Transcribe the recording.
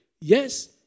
Yes